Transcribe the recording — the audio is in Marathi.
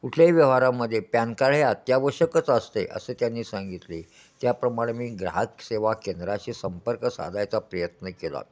कुठल्याही व्यवहारामध्ये पॅन कार्ड हे अत्यावश्यकच असते असे त्यांनी सांगितले त्याप्रमाणे मी ग्राहक सेवा केंद्राशी संपर्क साधायचा प्रयत्न केला